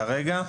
כרגע,